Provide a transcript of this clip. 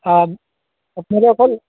আপোনোক অকল